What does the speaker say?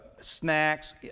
snacks